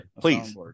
please